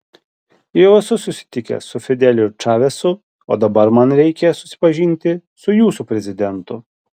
jau esu susitikęs su fideliu ir čavesu o dabar man reikia susipažinti su jūsų prezidentu